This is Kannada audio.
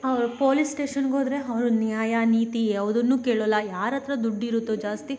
ಅವರು ಪೋಲಿಸ್ ಸ್ಟೇಷನ್ನಿಗೆ ಹೋದ್ರೆ ಅವರು ನ್ಯಾಯ ನೀತಿ ಯಾವುದನ್ನೂ ಕೇಳೋಲ್ಲ ಯಾರ ಹತ್ರ ದುಡ್ಡು ಇರುತ್ತೋ ಜಾಸ್ತಿ